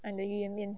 I'm the 鱼圆面